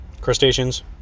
Crustaceans